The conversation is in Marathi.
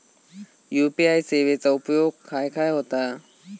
यू.पी.आय सेवेचा उपयोग खाय खाय होता?